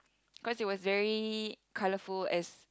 cause it was very colourful as